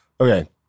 Okay